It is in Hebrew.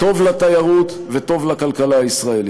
טוב לתיירות וטוב לכלכלה הישראלית.